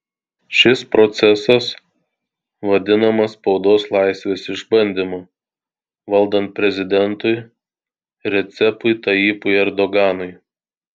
šis procesas vadinamas spaudos laisvės išbandymu valdant prezidentui recepui tayyipui erdoganui